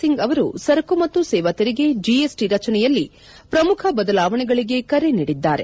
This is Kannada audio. ಸಿಂಗ್ ಅವರು ಸರಕು ಮತ್ತು ಸೇವಾ ತೆರಿಗೆ ಜಿಎಸ್ಟಿ ರಚನೆಯಲ್ಲಿ ಪ್ರಮುಖ ಬದಲಾವಣೆಗಳಿಗೆ ಕರೆ ನೀಡಿದ್ದಾರೆ